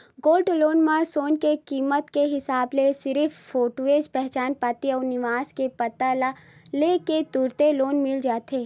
gold loan म सोना के कीमत के हिसाब ले सिरिफ फोटूए पहचान पाती अउ निवास के पता ल ले के तुरते लोन मिल जाथे